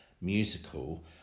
musical